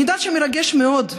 אני יודעת שמרגש מאוד,